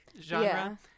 genre